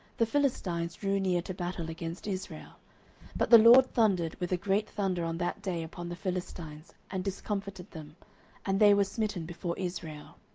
the philistines drew near to battle against israel but the lord thundered with a great thunder on that day upon the philistines, and discomfited them and they were smitten before israel.